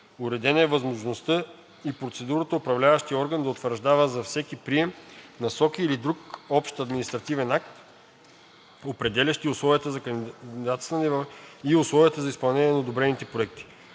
Уредена е възможността и процедурата Управляващият орган да утвърждава за всеки прием насоки или друг общ административен акт, определящи условията за кандидатстване и условията за изпълнение на одобрените проекти.